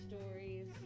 stories